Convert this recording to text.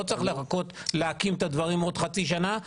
לא צריך לחכות להקים את הדברים עוד חצי שנה,